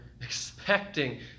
expecting